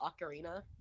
Ocarina